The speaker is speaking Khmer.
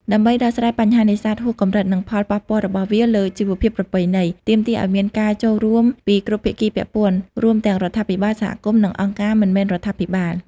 ដើម្បីដោះស្រាយបញ្ហានេសាទហួសកម្រិត និងផលប៉ះពាល់របស់វាលើជីវភាពប្រពៃណី ទាមទារឱ្យមានការចូលរួមពីគ្រប់ភាគីពាក់ព័ន្ធ រួមទាំងរដ្ឋាភិបាល សហគមន៍ និងអង្គការមិនមែនរដ្ឋាភិបាល។